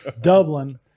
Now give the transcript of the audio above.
dublin